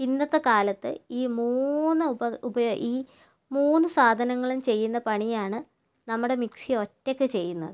ഇന്നത്തെക്കാലത്ത് ഈ മൂന്ന് ഈ മൂന്ന് സാധനങ്ങളും ചെയ്യുന്ന പണിയാണ് നമ്മുടെ മിക്സി ഒറ്റയ്ക്ക് ചെയ്യുന്നത്